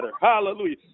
Hallelujah